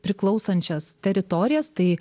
priklausančias teritorijas tai